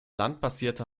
landbasierte